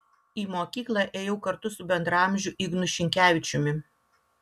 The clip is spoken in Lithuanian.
į mokykla ėjau kartu su bendraamžiu ignu šinkevičiumi